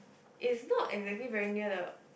it's not exactly very near the